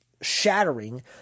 shattering